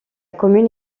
commune